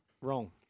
wrong